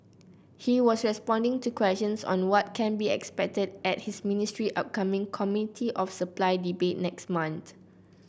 he was responding to questions on what can be expected at his ministry's upcoming Committee of Supply debate next month